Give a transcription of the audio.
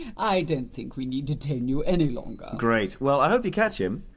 i don't think we need detain you any longer! great! well i hope you catch him!